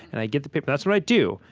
and i get the paper that's what i do.